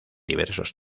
diversos